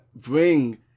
bring